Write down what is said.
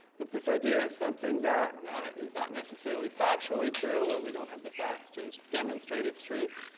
but this idea of something that is not necessarily factually true, or we don't have the facts to demonstrate its truth,